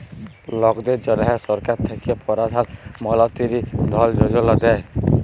লকদের জ্যনহে সরকার থ্যাকে পরধাল মলতিরি ধল যোজলা দেই